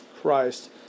Christ